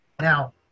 Now